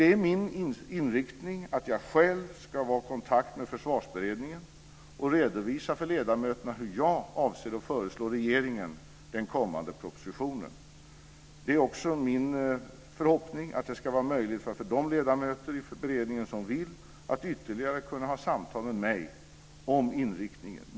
Det är min avsikt att jag själv ska vara i kontakt med Försvarsberedningen och redovisa för ledamöterna hur jag avser att föreslå den kommande propositionen för regeringen. Det är också min förhoppning att det ska vara möjligt för de ledamöter i beredningen som vill att ytterligare kunna ha samtal med mig om inriktningen.